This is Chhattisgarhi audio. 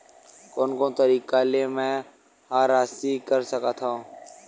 कोन कोन तरीका ले मै ह राशि कर सकथव?